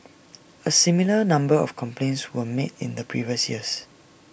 A similar number of complaints were made in the previous years